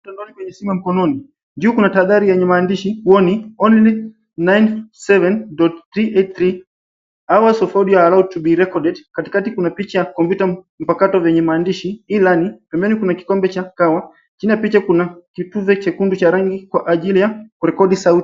Tandori kwenye sima mkono ni. Juu kuna tahadhari yenye maandishi huo ni only 97.383 hours of audio allowed to be recorded . Katikati kuna picha kompyuta mpakato vyenye maandishi E-learning . Pembeni kuna kikombe cha kahawa. Kina picha kuna kituve kikendu cha rangi kwa ajili ya kurekodi sauti.